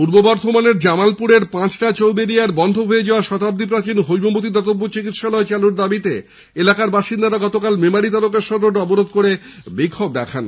পূর্ব বর্ধমানের জামালপুরের পাঁচড়া চৌবেড়িয়ার বন্ধ হয়ে যাওয়া শতাব্দী প্রাচীন হৈমবতী দাতব্য চিকিৎসালয় চালুর দাবিতে এলাকার বাসিন্দারা গতকাল মেমারী তারকেশ্বর রোড অবরোধ করে বিক্ষোভ দেখায়